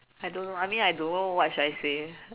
I don't know I mean I don't know what should I say